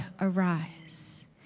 arise